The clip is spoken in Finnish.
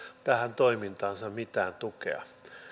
tähän toimintaansa mitään tukea